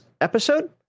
episode